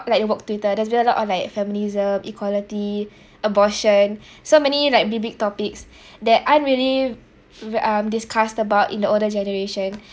like work twitter there has been a lot on like feminisms equality abortion so many like big big topics that aren't really um discussed about in the older generation